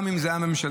גם אם זה היה ממשלתי.